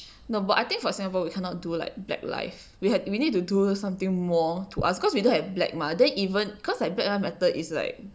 no but I think for singapore we cannot do like black life we ha~ we need to do something more to us because we don't have black mah then even cause like black life matter is like